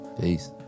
Peace